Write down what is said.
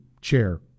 chair